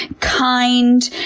and kind,